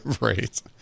Right